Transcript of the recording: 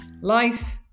life